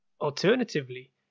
Alternatively